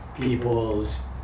people's